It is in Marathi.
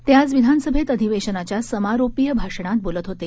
ते आज विधानसभेत अधिवेशनाच्या समारोपीय भाषणात बोलत होते